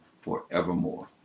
forevermore